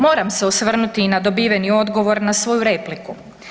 Moram se osvrnuti i na dobiveni odgovor na svoju repliku.